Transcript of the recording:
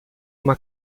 uma